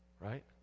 right